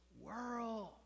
world